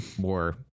more